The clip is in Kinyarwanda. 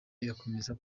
igakomeza